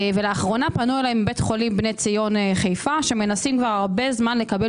לאחרונה פנו אליי מבית חולים בני ציון חיפה שמנסים הרבה זמן לקבל